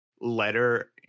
letter